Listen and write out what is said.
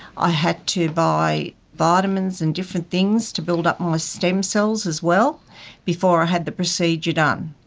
i had to buy vitamins and different things to build up my stem cells as well before i had the procedure done.